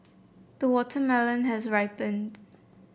the watermelon has ripened